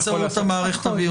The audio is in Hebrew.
ולהזדהות באמצעות מערכת ההזדהות